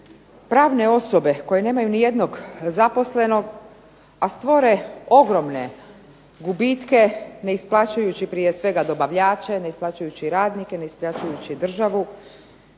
pravne osobe koje nemaju nijednog zaposlenog, a stvore ogromne gubitke, ne isplaćujući prije svega dobavljače, ne isplaćujući radnike, ne isplaćujući državu,